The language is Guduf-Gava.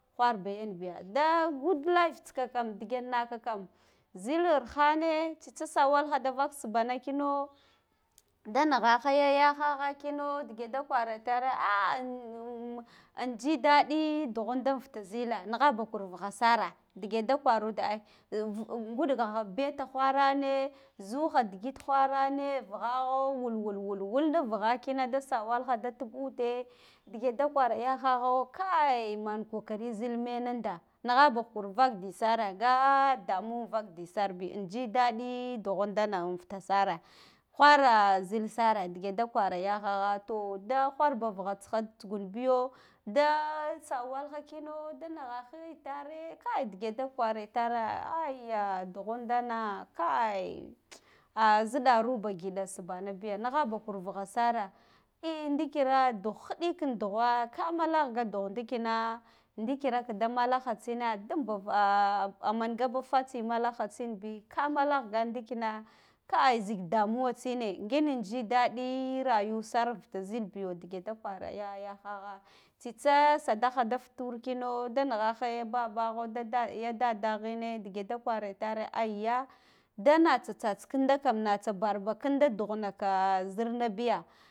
Wharba yanbiya da good life tsika kam dige naka kam zit arhane tsi tsa sawal ha da vais sbana kina da nighaha ya yahaha kino dige da kware itare ahh amm jidaɗi dughunda fuda zila naghabakur bugha sare diga da kwarud ai ah af ngulgaha be ta wharane zuha digid wharane vughagho wul, wul, wul nuv vugha kina da sawalgha da tubuɗe dege da kwa yahagho kai man kokari zil menanda nigha bakur vak di sare nga damu vak disarbi inji daɗi dughundana an fata sare whara zil sare dige da kwara yahagha to da wharba vugha tsiha tsugunbiyo da sawalha kina, da nighahe itare kai dige da kwara itara ayya dughunbana kai mtsa ahh ziɗara ba ngida sbanabiya nigha bakur vugha sare ehh ndikira dugh hidikina dughwa ka ma ah ga dugh ndikina ndikira kada malahatsina dum ahh a manga ba fatsi malaha tsinbi ka mahah gandi kina kai zik damuwa tsine ngin jidaɗi rayuwa sar futa zilbiyo dige da kwara ya yahagha tsitsa sadahha da futur kina da nighaha ya babba ho dadd ya dadaghine dige da kwara itare agga da natsa tsats kinda kam natsa barba kinda dughun ka zirnabiya